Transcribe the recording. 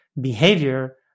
behavior